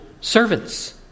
servants